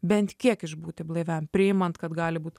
bent kiek išbūti blaiviam priimant kad gali būt